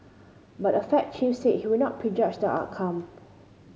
but the Fed chief said he would not prejudge the outcome